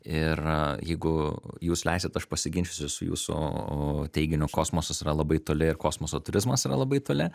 ir jeigu jūs leisit aš pasiginčysiu su jūsų teiginiu kosmosas yra labai toli ir kosmoso turizmas yra labai toli